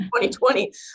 2020